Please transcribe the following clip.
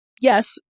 yes